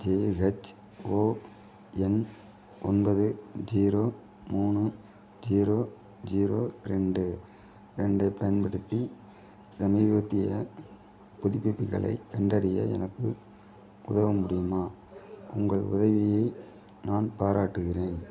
JHON ஒன்பது zero மூணு zero zero ரெண்டு ரெண்டைப் பயன்படுத்தி சமீபத்திய புதுப்பிப்புகளைக் கண்டறிய எனக்கு உதவ முடியுமா உங்கள் உதவியை நான் பாராட்டுகிறேன்